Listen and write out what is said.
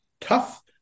tough